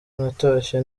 natashye